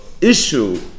issue